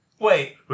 Wait